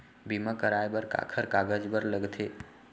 बीमा कराय बर काखर कागज बर लगथे?